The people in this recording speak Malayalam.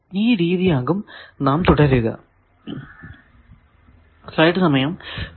ഈ രീതി ആകും നാം തുടരുക